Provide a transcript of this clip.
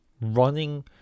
running